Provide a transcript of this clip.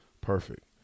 Perfect